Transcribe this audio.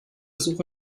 suche